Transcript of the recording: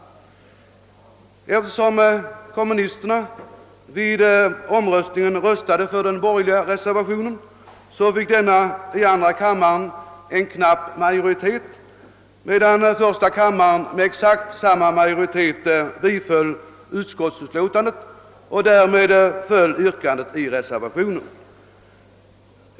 Eftersom kommunisterna vid omröstningen röstade för den borgerliga reservationen, fick denna i andra kammaren en knapp majoritet, medan. första kammaren med exakt lika stor majoritet biföll utskottets förslag. Därmed föll också yrkandet i reservationen.